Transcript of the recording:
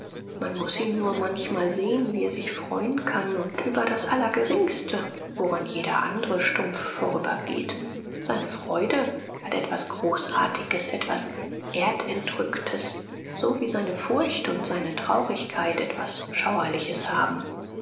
man muß ihn nur manchmal sehen wie er sich freuen kann und über das allergeringste woran jeder andre stumpf vorübergeht seine freude hat etwas großartiges etwas erdentrücktes so wie seine furcht und seine traurigkeit etwas schauerliches haben